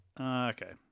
Okay